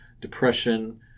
depression